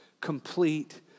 complete